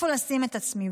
איפה לשים את עצמי.